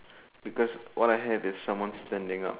because what I have is someone standing up